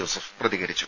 Joseph പ്രതികരിച്ചു